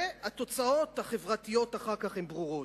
והתוצאות החברתיות אחר כך הן ברורות.